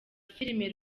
filimi